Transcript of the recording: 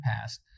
past